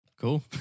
Cool